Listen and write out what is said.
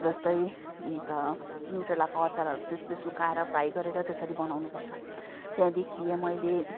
जस्तै अन्त न्युट्रेलाको अचारहरू त्यो त्यो सुकाएर फ्राई गरेर त्यसरी बनाउनु पर्छ त्यहाँदेखि मैले